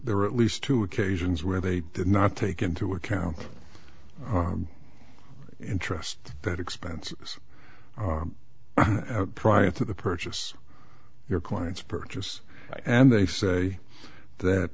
there at least two occasions where they did not take into account the interest that expenses prior to the purchase your client's purchase and they say that